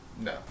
No